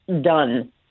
done